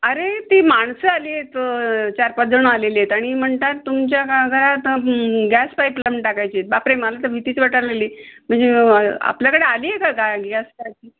अरे ती माणसं आली आहेत चार पाचजण आलेली आहेत आणि म्हणतात तुमच्या का घरात गॅस पाईप लावून टाकायचे आहेत बापरे मला तर भितीच वाटायला लागली म्हणजे आपल्याकडे आली आहे का काय गॅस पायप